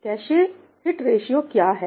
cache hit ratio क्या है